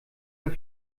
mehr